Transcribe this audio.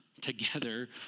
together